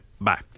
Bye